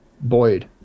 Boyd